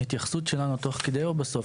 ההתייחסות שלנו תוך כדי או בסוף?